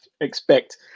expect